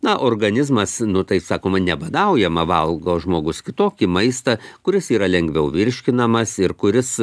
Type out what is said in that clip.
na organizmas nu tai sakoma nebadaujama valgo žmogus kitokį maistą kuris yra lengviau virškinamas ir kuris